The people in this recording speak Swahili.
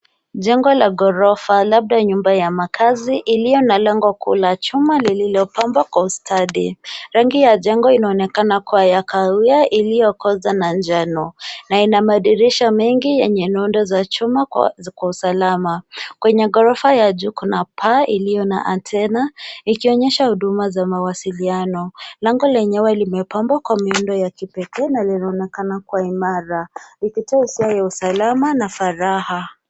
Jengo la ghorofa labda nyumba ya makazi iliyo na lango kuu la chuma lililopambwa kwa ustadhi. Rangi ya jengo inaonekana kuwa ya kahawia iliyokoza na njano na ina madirisha mengi yenye nondo wa chuma kwa usalama. Kwenye ghorofa ya juu kuna paa iliyo na antena ikionyesha huduma za mawasiliano. Lango lenyewe limepambwa kwa miundo ya kipekee na linaonekana kuwa imara ikitoa hisia ya usalama na faraha.